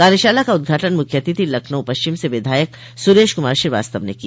कार्यशाला का उद्घाटन मुख्य अतिथि लखनऊ पश्चिम से विधायक सुरेश कुमार श्रीवास्तव ने किया